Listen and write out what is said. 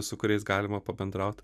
su kuriais galima pabendraut